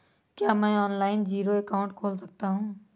क्या मैं online zero account खोल सकता हूँ?